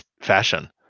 fashion